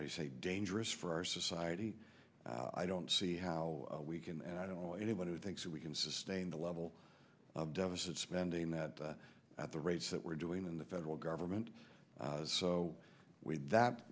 i say dangerous for our society i don't see how we can and i don't know anyone who thinks that we can sustain the level of deficit spending that at the rates that we're doing in the federal government is so weak that